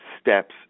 steps